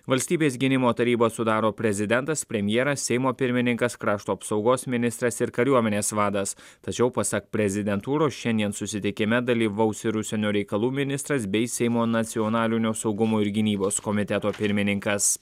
valstybės gynimo tarybą sudaro prezidentas premjeras seimo pirmininkas krašto apsaugos ministras ir kariuomenės vadas tačiau pasak prezidentūros šiandien susitikime dalyvaus ir užsienio reikalų ministras bei seimo nacionalinio saugumo ir gynybos komiteto pirmininkas